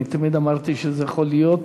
אני תמיד אמרתי שזה יכול להיות